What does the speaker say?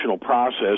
process